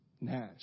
Nash